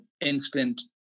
instant